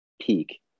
peak